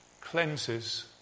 cleanses